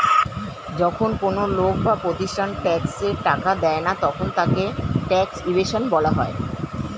যখন কোন লোক বা প্রতিষ্ঠান ট্যাক্সের টাকা দেয় না তখন তাকে ট্যাক্স ইভেশন বলা হয়